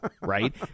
Right